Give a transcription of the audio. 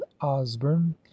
osborne